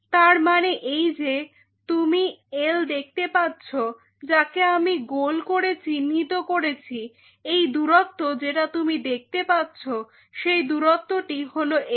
তার মানে এই যে তুমি এল্ দেখতে পাচ্ছ যাকে আমি গোল করে চিহ্নিত করছি এই দূরত্ব যেটা তুমি দেখতে পাচ্ছো সেই দূরত্বটি হলো এল্